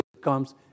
comes